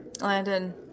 Landon